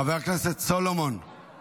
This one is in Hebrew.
חבר הכנסת סולומון,